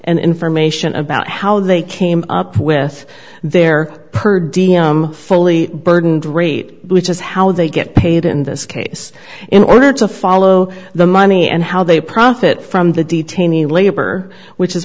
and information about how they came up with their per d m fully burdened rate which is how they get paid in this case in order to follow the money and how they profit from the detainee labor which is